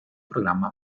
programma